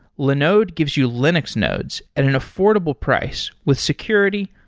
linode gives you linux nodes at an affordable price with security,